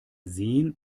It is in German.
sehen